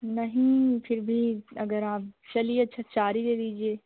नहीं फ़िर भी अगर आप चलिए अच्छा चार ही ले लीजिए